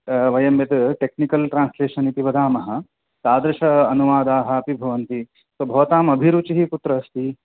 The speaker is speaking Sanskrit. वयं यत् टेक्निकल् ट्रान्स्लशन् इति वदामः तादृश अनुवादाः अपि भवन्ति भवताम् अभिरुचिः कुत्र अस्ति